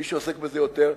מי שעוסק בזה יותר,